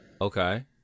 Okay